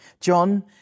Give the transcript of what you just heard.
John